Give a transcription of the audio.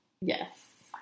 Yes